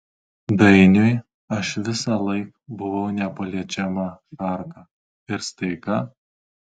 dainiui aš visąlaik buvau nepaliečiama šarka ir staiga